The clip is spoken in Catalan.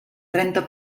trenta